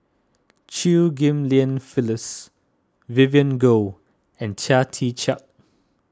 Chew Ghim Lian Phyllis Vivien Goh and Chia Tee Chiak